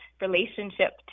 relationship